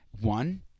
one